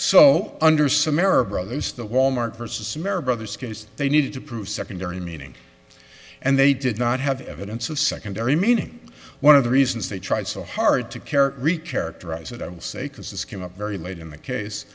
so under some arab brothers the walmart versus america other scase they needed to prove secondary meaning and they did not have evidence of secondary meaning one of the reasons they tried so hard to care re characterize it i will say because this came up very late in the case